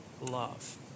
love